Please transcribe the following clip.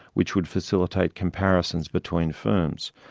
which would facilitate comparisons between firms.